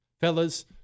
Fellas